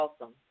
awesome